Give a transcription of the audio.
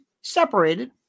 Separated